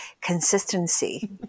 Consistency